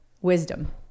wisdom